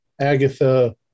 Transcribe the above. Agatha